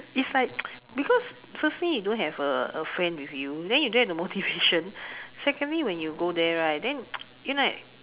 it's like because firstly you don't have a a friend with you then you don't have the motivation secondly when you go there right then you know like